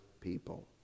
people